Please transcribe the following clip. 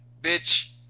bitch